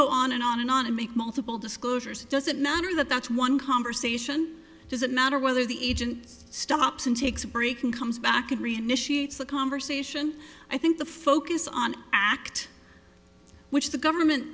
go on and on and on and make multiple disclosures does it matter that that's one conversation does it matter whether the agent stops and takes a break and comes back and read initiates the conversation i think the focus on act which the government